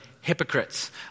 hypocrites